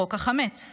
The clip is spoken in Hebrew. חוק החמץ,